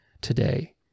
today